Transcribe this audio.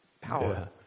power